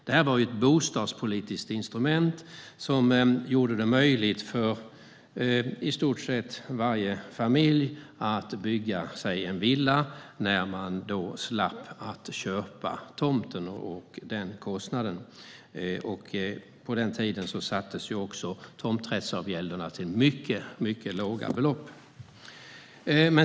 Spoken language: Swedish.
Det var ett bostadspolitiskt instrument som gjorde det möjligt för i stort sett varje familj att bygga sig en villa eftersom man slapp köpa tomten och därmed kostnaden för denna. På den tiden sattes tomträttsavgälderna också till mycket låga belopp.